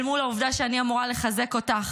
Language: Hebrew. אל מול העובדה שאני אמורה לחזק אותך.